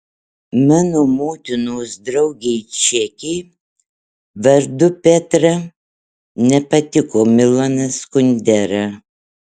mano motinos draugei čekei vardu petra nepatiko milanas kundera